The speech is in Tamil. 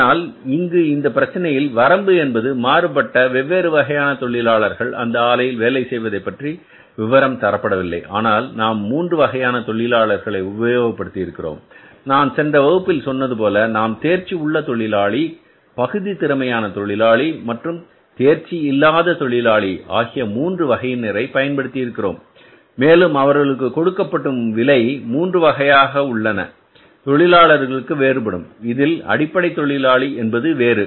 ஆனால் இங்கு இந்த பிரச்சனையின் வரம்பு என்பது மாறுபட்ட வெவ்வேறு வகையான தொழிலாளர்கள் அந்த ஆலையில் வேலை செய்வதைப் பற்றி விபரம் தரப்படவில்லை ஆனால் நாம் மூன்று வகையான தொழிலாளர்களை உபயோகப்படுத்தி இருக்கிறோம் நான் சென்ற வகுப்பில் சொன்னது போல நாம் தேர்ச்சி உள்ள தொழிலாளி பகுதி திறமையான தொழிலாளி மற்றும் தேர்ச்சி இல்லாத தொழிலாளி ஆகிய மூன்று வகையினரை பயன்படுத்தி இருக்கிறோம் மேலும் அவர்களுக்கு கொடுக்கப்படும் விலை மூன்று வகையாக உள்ள தொழிலாளர்களுக்கு வேறுபடும் இதில் அடிப்படை தொழிலாளி என்பது வேறு